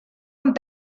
amb